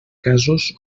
casos